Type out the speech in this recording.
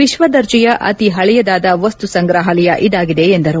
ವಿಶ್ವದರ್ಣಿಯ ಅತಿ ಹಳೆಯದಾದ ವಸ್ತು ಸಂಗ್ರಹಾಲಯ ಇದಾಗಿದೆ ಎಂದರು